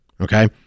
Okay